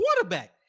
quarterback